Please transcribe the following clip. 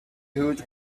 huge